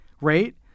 right